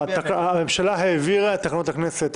הממשלה העבירה את תקנות הכנסת.